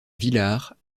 villars